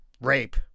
rape